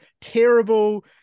terrible